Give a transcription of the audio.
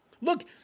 Look